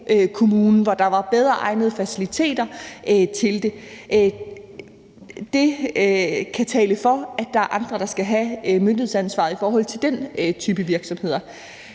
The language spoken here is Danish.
nabokommunen, hvor der var bedre egnede faciliteter til det. Det kan tale for, at der er andre, der skal have myndighedsansvaret i forhold til den type virksomheder.